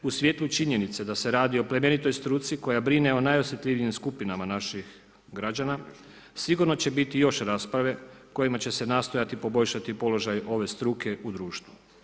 U svjetlu činjenice da se radi o plemenitoj struci koja brine o najosjetljivijim skupinama naših građana sigurno će biti još rasprave kojima će se nastojati poboljšati položaj ove struke u društvu.